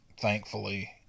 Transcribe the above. thankfully